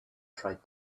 tried